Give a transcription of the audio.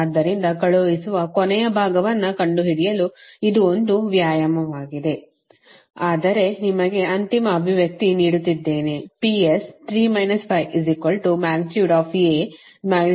ಆದ್ದರಿಂದ ಕಳುಹಿಸುವ ಕೊನೆಯ ಭಾಗವನ್ನು ಕಂಡುಹಿಡಿಯಲು ಇದು ಒಂದು ವ್ಯಾಯಾಮವಾಗಿದೆ ಆದರೆ ನಿಮಗೆ ಅಂತಿಮ ಅಭಿವ್ಯಕ್ತಿ ನೀಡುತ್ತಿದ್ದೇನೆ